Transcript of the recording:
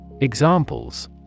Examples